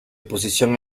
posición